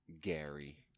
Gary